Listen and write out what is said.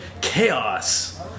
chaos